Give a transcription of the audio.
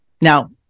Now